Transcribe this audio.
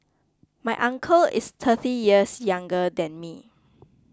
my uncle is thirty years younger than me